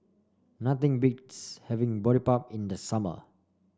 nothing beats having Boribap in the summer